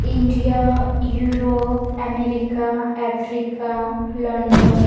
India Europe America Africa London